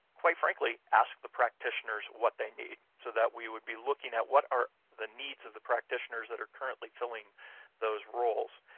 quite frankly, ask the practitioners what they need so that we would be looking at what are the needs of the practitioners that are currently filling those roles.